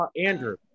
Andrew